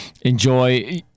enjoy